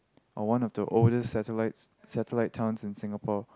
or one of the oldest satellites satellite towns in Singapore